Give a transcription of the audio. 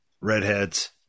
Redheads